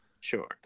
Sure